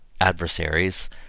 adversaries